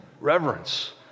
reverence